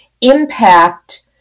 impact